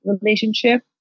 relationship